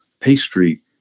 pastry